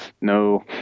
no